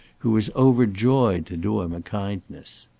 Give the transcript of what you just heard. who was overjoyed to do him a kindness.